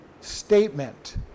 statement